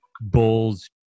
Bulls